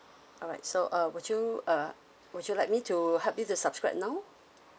alright so uh would you uh would you like me to help you to subscribe now